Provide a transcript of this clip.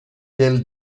del